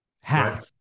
Half